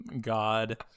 God